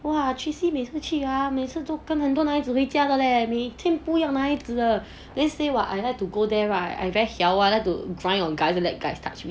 !wah! tracy 每次去 ah 每次都跟很多男孩子回家的 leh 每天不一样男孩子的 then say what I like to go there right I very hiau [one] I like to grind on guys and let guys touch me